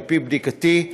על-פי בדיקתי,